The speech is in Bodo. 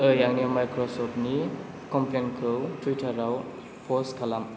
ओइ आंनि माइक्रसफ्टनि कमप्लेनखौ टुइटाराव पस्ट खालाम